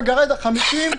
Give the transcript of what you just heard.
מגרד את ה-50.